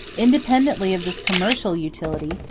independently of this commercial utility,